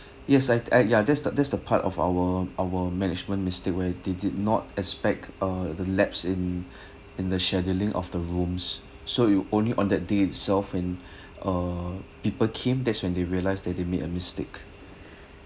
yes I a~ yeah that's the that's the part of our our management mistake where they did not expect the lapse in in the scheduling of the rooms so you only on that day itself in uh people came that's when they realise that they made a mistake